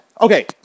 Okay